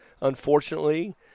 unfortunately